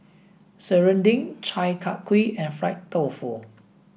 Serunding Chi Kak Kuih and Fried Tofu